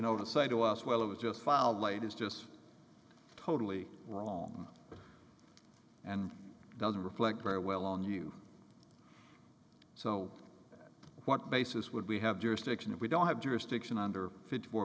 know to say to us well it was just filed late is just totally wrong and doesn't reflect very well on you so what basis would we have jurisdiction if we don't have jurisdiction under fifty four